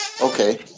okay